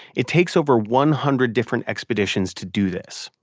it takes over one hundred different expeditions to do this.